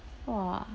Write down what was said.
!wah!